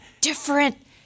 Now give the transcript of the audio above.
different